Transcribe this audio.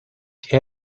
che